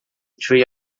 tree